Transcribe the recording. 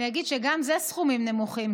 אני אגיד גם שאלה סכומים נמוכים,